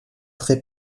très